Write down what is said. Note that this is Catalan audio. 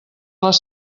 les